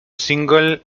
single